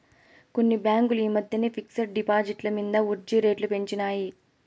కొన్ని బాంకులు ఈ మద్దెన ఫిక్స్ డ్ డిపాజిట్ల మింద ఒడ్జీ రేట్లు పెంచినాయి